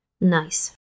Nice